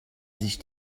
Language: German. sich